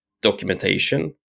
documentation